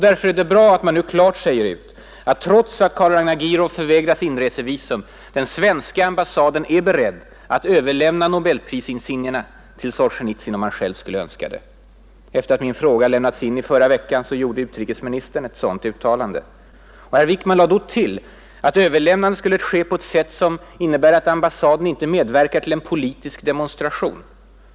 Därför är det bra att man nu klart säger ut att — trots att Karl Ragnar Gierow förvägrats inresevisum — den svenska ambassaden är beredd att överlämna nobelprisinsignierna till Solzjenitsyn om han själv skulle önska det. Efter att min fråga lämnats in i förra veckan gjorde utrikesministern ett sådant uttalande. Herr Wickman lade då till att överlämnandet skulle ske på ett sätt som innebär att ambassaden inte medverkar i ”en politisk demonstration”.